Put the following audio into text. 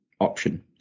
option